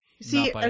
See